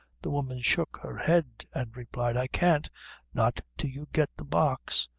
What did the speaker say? the woman shook her head and replied, i can't not till you get the box.